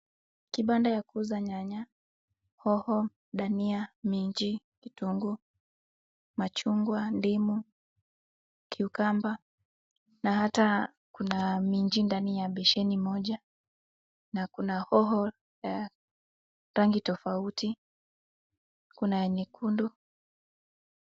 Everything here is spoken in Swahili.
Kibanda ya kuuza nyanya, hoho, dania, miji , kitunguu, machungwa, ndimu, cucumber na hata kuna miji ndani ya beseni moja na kuna hoho rangi ya tofauti, kuna nyekundu.